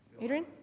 Adrian